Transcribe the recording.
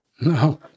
No